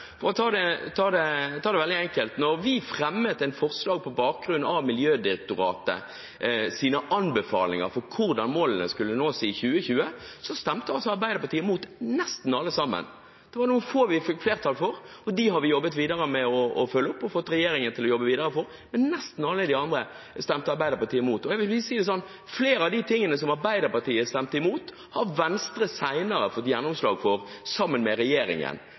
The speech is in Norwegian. For å si det enkelt: Da vi fremmet forslag på bakgrunn av Miljødirektoratets anbefalinger for hvordan målene skulle nås i 2020, stemte Arbeiderpartiet imot nesten alle forslagene. Det var noen få av dem som vi fikk flertall for, og dem har vi jobbet videre med å følge opp og fått regjeringen til å jobbe videre med. Men nesten alle de andre stemte Arbeiderpartiet imot. Jeg vil si det slik: Flere av de tiltakene som Arbeiderpartiet stemte imot, har Venstre senere fått gjennomslag for sammen med regjeringen.